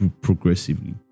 progressively